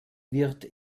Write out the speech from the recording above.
wird